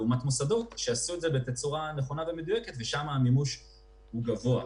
במוסדות שעשו את זה בצורה נכונה ומדויקת המימוש היה גבוה.